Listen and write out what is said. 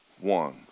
one